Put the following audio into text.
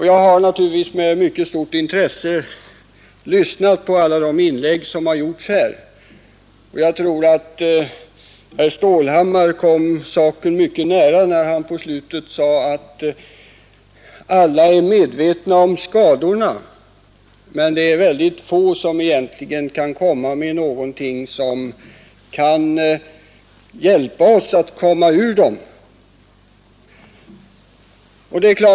Jag har naturligtvis lyssnat med mycket stort intresse på alla de inlägg som gjorts, och jag tror att herr Stålhammar kom sanningen mycket nära när han i slutet av sitt anförande sade att alla är medvetna om skadorna, men att mycket få egentligen kan hjälpa oss att undgå och bota dem.